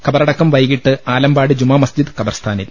ഖബറടക്കം വൈകീട്ട് ആലമ്പാടി ജുമാമസ്ജിദ് ഖബർസ്ഥാനിൽ